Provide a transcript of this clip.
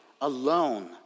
alone